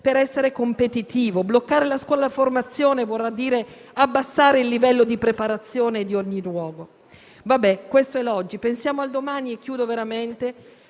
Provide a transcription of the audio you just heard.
per essere competitivo, bloccare la scuola e la formazione vorrà dire abbassare il livello di preparazione in ogni luogo. Vabbè, questo è l'oggi. Pensiamo al domani (e chiudo veramente):